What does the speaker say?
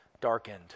darkened